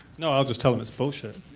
no, i'll just tell them it's bullshit.